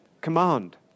command